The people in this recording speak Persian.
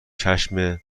چشم